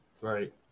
right